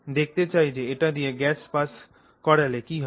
দেখতে চাই এটা দিয়ে গ্যাস পাস করালে কি হবে